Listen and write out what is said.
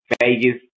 Vegas